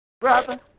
Brother